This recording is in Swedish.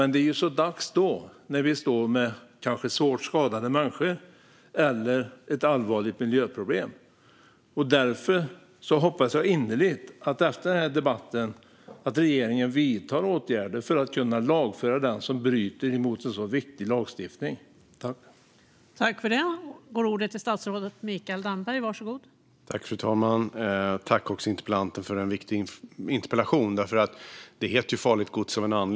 Det är ju så dags då, när vi står där med kanske svårt skadade människor eller ett allvarligt miljöproblem. Därför hoppas jag innerligt att regeringen efter den här debatten vidtar åtgärder för att den som bryter mot en så viktig lagstiftning ska kunna lagföras.